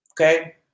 okay